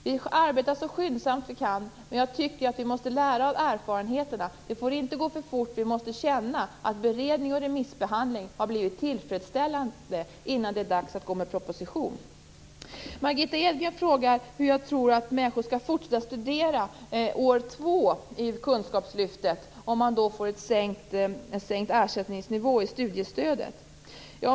Vi arbetar så skyndsamt vi kan, men vi måste lära av erfarenheterna. Det får inte gå för fort, utan vi måste känna att beredning och remissbehandling har blivit tillfredsställande innan det är dags att komma med en proposition. Margitta Edgren frågar hur jag tror att människor skall kunna fortsätta studera ett andra år i kunskapslyftet om de får en sänkt ersättningsnivå i studiestödet.